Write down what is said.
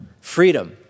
Freedom